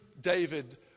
David